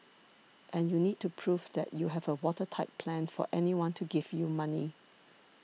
and you need to prove that you have a watertight plan for anyone to give you money